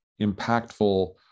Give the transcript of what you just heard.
impactful